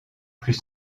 plus